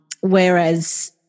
whereas